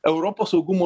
europos saugumo